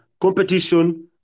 competition